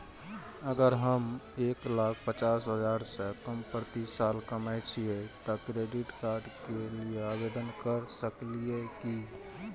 अगर हम एक लाख पचास हजार से कम प्रति साल कमाय छियै त क्रेडिट कार्ड के लिये आवेदन कर सकलियै की?